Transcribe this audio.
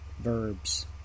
verbs